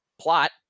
plot